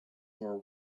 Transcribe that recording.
are